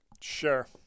Sure